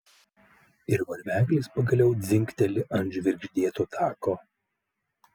ir varveklis pagaliau dzingteli ant žvirgždėto tako